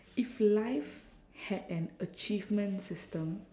if life had an achievement system